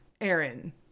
Aaron